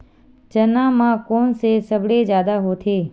चना म कोन से सबले जादा होथे?